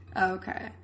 Okay